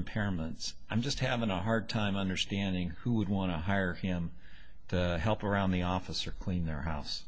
impairments i'm just having a hard time understanding who would want to hire him to help around the office or clean their house